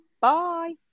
Bye